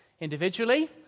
individually